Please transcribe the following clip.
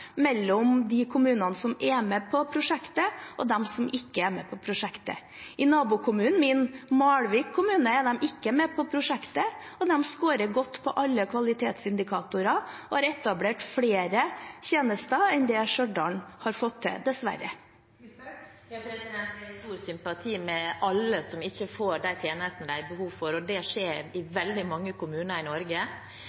mellom de kommunene som er med på prosjektet, og de som ikke er med. I nabokommunen min, Malvik, er de ikke med på prosjektet, og de skårer godt på alle kvalitetsindikatorer og har etablert flere tjenester enn det Stjørdal har fått til – dessverre. Jeg har stor sympati med alle som ikke får de tjenestene de har behov for, og det skjer i